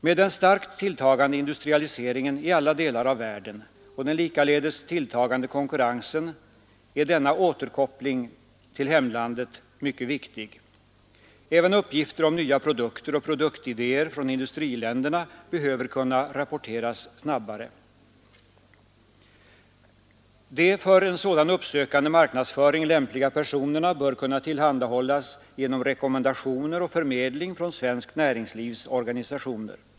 Med den starkt tilltagande industrialiseringen i alla delar av världen och den likaledes tilltagande konkurrensen är denna återkoppling till hemlandet mycket viktig. Även uppgifter om nya produkter och produktidéer från industriländerna behöver kunna rapporteras snabbare. De för sådan uppsökande marknadsföring lämpliga personerna bör kunna tillhandahållas genom rekommendationer och förmedling från svenskt näringslivs organisationer.